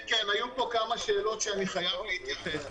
כן, היו פה כמה שאלות שאני חייב להתייחס.